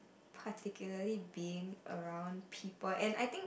particularly being around people and I think